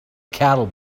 cattle